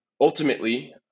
ultimately